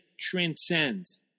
transcends